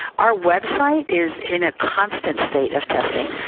our website is in a constant state of testing.